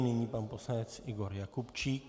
Nyní pan poslanec Igor Jakubčík.